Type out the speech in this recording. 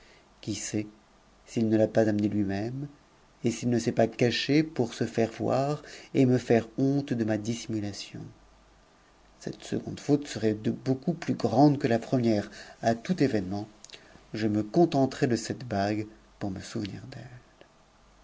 qui sait s'il ne l'a pas amenée lui-même et s'il n'est pas caché pour se faire voir et me faire honte de ma dissimulation cette seconde faute serait de beaucoup plus grande que la première a tout événement je me contenterai de cette bague pour me souvenir d'elle